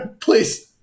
Please